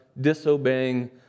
disobeying